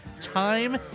time